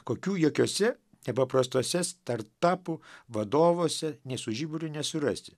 kokių jokiose nepaprastose startapų vadovuose nė su žiburiu nesurasi